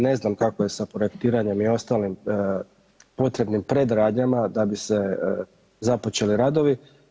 Ne znam kako je sa projektiranjem i ostalim potrebnim predradnjama da bi se započeli radovi.